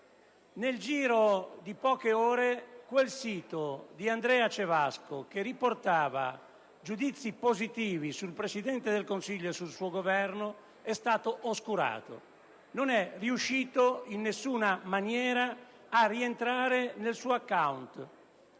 Nel giro di poche ore la bacheca di Andrea Cevasco, che riportava giudizi positivi sul Presidente del Consiglio e sul suo Governo, è stata oscurata ed egli non è riuscito in nessuna maniera a riattivare il suo *account*,